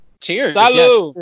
Cheers